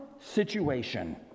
situation